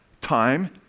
Time